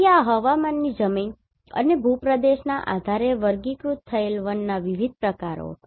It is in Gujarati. તેથી આ હવામાનની જમીન અને ભૂપ્રદેશના આધારે વર્ગીકૃત થયેલ વનના વિવિધ પ્રકારો છે